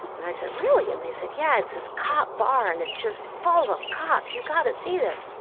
and i said, really? and they said, yeah. it's this cop bar, and it's just full of cops. you've got to see this.